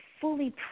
fully